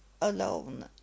alone